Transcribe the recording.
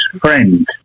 friend